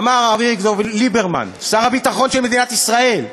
אמר אביגדור ליברמן, שר הביטחון של מדינת ישראל,